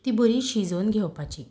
बरी शिजोवन घेवपाची